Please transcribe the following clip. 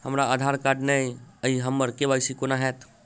हमरा आधार कार्ड नै अई हम्मर के.वाई.सी कोना हैत?